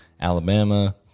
Alabama